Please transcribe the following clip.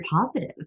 positive